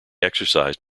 exercised